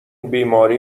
بیماری